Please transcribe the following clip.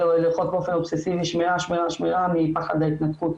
ללחוץ באופן אובססיבי 'שמירה' 'שמירה' מפחד ההתנתקות.